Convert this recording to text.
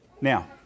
Now